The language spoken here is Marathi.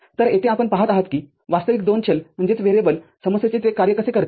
तरयेथे आपण पहात आहात की वास्तविक दोन चल समस्येचे ते कार्य कसे करते